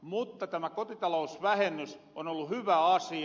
mutta tämä kotitalousvähennys on ollu hyvä asia